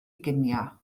ginio